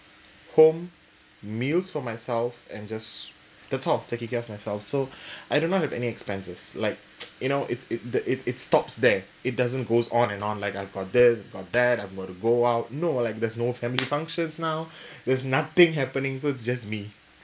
home meals for myself and just the thought of taking care of myself so I don't want to have any expenses like you know it's it the it it stops there it doesn't goes on and on like I've got this I've got that I've got to go out no like there's no family functions now there's nothing happening so it's just me